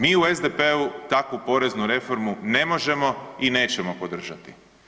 Mi u SDP-u takvu poreznu reformu ne možemo i nećemo podržati.